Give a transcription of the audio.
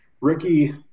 Ricky